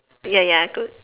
ya ya I could